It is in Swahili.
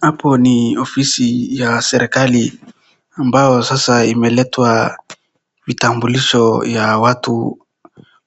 Hapo ni ofisi ya serikali ambayo sasa imeletwa vitambulisho ya watu